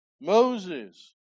Moses